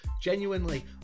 Genuinely